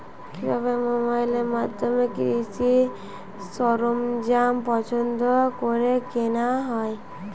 কিভাবে মোবাইলের মাধ্যমে কৃষি সরঞ্জাম পছন্দ করে কেনা হয়?